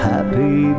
Happy